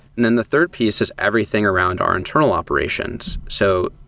then the third piece is everything around our internal operations. so,